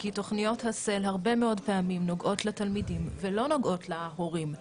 כי תוכניות הSEL- הרבה מאוד פעמים נוגעות לתלמידים ולא נוגעות להורים.